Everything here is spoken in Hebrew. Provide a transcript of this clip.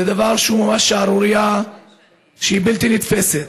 זה דבר שהוא ממש שערורייה שהיא בלתי נתפסת.